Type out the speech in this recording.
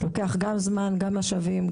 משאבים,